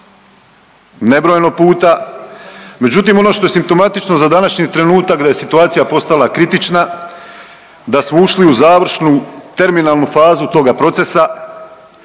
nebrojeno puta. Međutim, ono što je simptomatično za današnji trenutak da je situacija postala kritična, da smo ušli u završnu terminalnu fazu toga procesa